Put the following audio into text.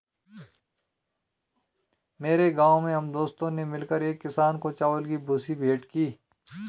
मेरे गांव में हम दोस्तों ने मिलकर एक किसान को चावल की भूसी भेंट की